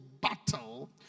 battle